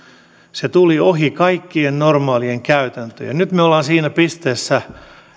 se tuli ohi kaikkien normaalien käytäntöjen nyt me olemme siinä pisteessä